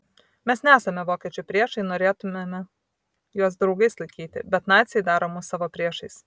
mes nesame vokiečių priešai norėtumėme juos draugais laikyti bet naciai daro mus savo priešais